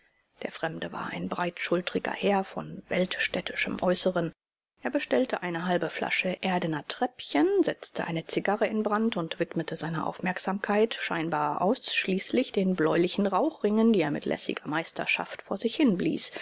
der fremde war ein breitschultriger herr von weltstädtischem äußeren er bestellte eine halbe flasche erdener treppchen setzte eine zigarre in brand und widmete seine aufmerksamkeit scheinbar ausschließlich den bläulichen rauchringen die er mit lässiger meisterschaft vor sich hin